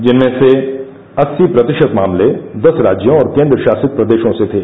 इनमें से अस्सी प्रतिशत मामले दस राज्यों और केन्द्र शासित प्रदेशों से थे